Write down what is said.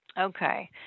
Okay